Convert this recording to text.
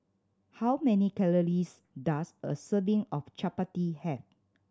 how many calories does a serving of Chapati have